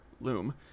loom